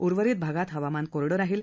उर्वरित भागात हवामान कोरडं राहिल